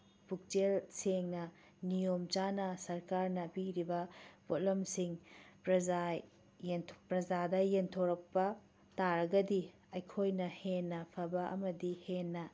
ꯄꯨꯛꯆꯦꯜ ꯁꯦꯡꯅ ꯅꯤꯌꯣꯝ ꯆꯥꯅ ꯁꯔꯀꯥꯔꯅ ꯄꯤꯔꯤꯕ ꯄꯣꯠꯂꯝꯁꯤꯡ ꯄ꯭ꯔꯖꯥ ꯄ꯭ꯔꯖꯥꯗ ꯌꯦꯟꯊꯣꯔꯛꯄ ꯇꯥꯔꯒꯗꯤ ꯑꯩꯈꯣꯏꯅ ꯍꯦꯟꯅ ꯐꯕ ꯑꯃꯗꯤ ꯍꯦꯟꯅ